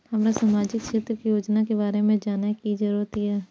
हमरा सामाजिक क्षेत्र के योजना के बारे में जानय के जरुरत ये?